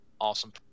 Awesome